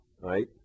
right